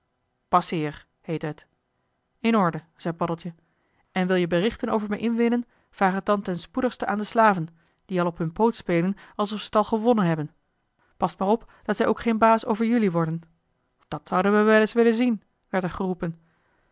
passeer heette het in orde zei paddeltje en wil-je berichten over me inwinnen vraag het dan ten spoedigste aan de slaven die al op hun poot spelen alsof ze t al gewonnen hebben past maar op dat zij ook geen baas over jelui worden dat zouden we wel eens willen zien werd er geroepen